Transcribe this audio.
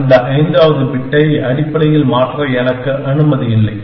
அந்த ஐந்தாவது பிட்டை அடிப்படையில் மாற்ற எனக்கு அனுமதி இல்லை